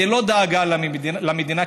זה לא דאגה למדינה,